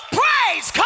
praise